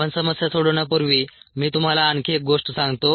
आपण समस्या सोडवण्यापूर्वी मी तुम्हाला आणखी एक गोष्ट सांगतो